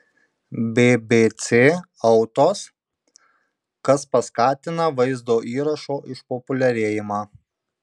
bbc autos kas paskatina vaizdo įrašo išpopuliarėjimą